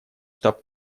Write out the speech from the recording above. штаб